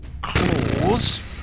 claws